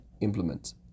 implement